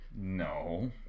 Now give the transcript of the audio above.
No